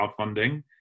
crowdfunding